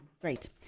Great